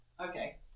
Okay